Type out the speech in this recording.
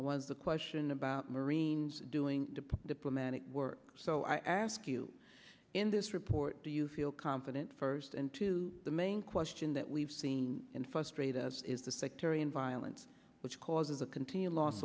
was the question about marines doing the diplomatic work so i ask you in this report do you feel confident first and to the main question that we've seen in frustrated as is the sectarian violence which causes the continued loss